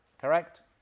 correct